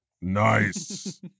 Nice